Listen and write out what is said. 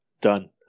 Done